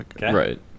Right